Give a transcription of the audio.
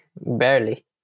barely